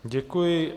Děkuji.